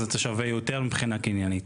אז אתה שווה יותר מבחינה קניינית.